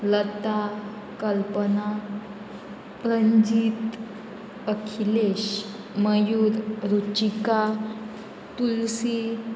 Lata Kalpana Pranjit Akhilesh Mayur Ruchika Tulsi